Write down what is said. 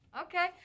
Okay